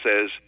says